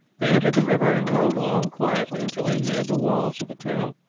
they entered the river and rowed along quietly until they neared the walls of the town.